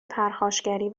پرخاشگری